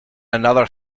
another